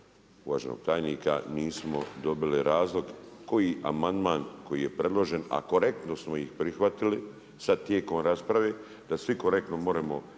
uvaženog tajnika nismo dobili razloge koji amandman koji je predložen a korektno smo ih prihvatili sada tijekom rasprave da svi korektno možemo